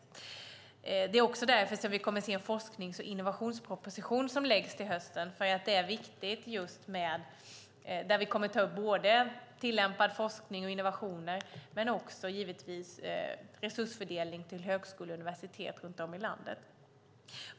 Vi kommer också att se en forsknings och innovationsproposition som läggs fram till hösten där vi kommer att ta upp både tillämpad forskning och innovationer och resursfördelning till högskolor och universitet runt om i landet.